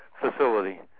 facility